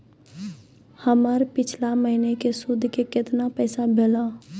हमर पिछला महीने के सुध के केतना पैसा भेलौ?